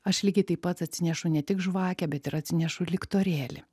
aš lygiai taip pat atsinešu ne tik žvakę bet ir atsinešu liktorėlį